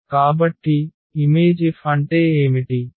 కాబట్టి Im F అంటే ఏమిటి